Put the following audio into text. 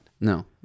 No